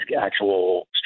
actual